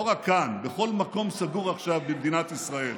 לא רק כאן, בכל מקום סגור במדינת ישראל,